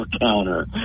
counter